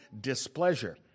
displeasure